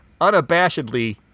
unabashedly